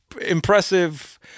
impressive